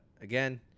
again